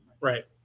Right